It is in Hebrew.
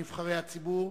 נבחרי הציבור,